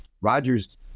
Rodgers